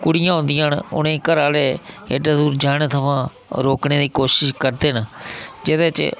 कुड़ियां होंदियां न उ'नेंगी घरैआह्ले एड्डे दूर जाने थमां रोकने दी कोशिश करदे न जेह्दे च